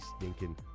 stinking